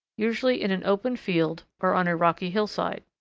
usually in an open field or on a rocky hillside.